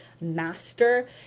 master